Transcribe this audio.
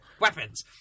weapons